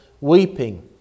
weeping